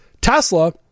Tesla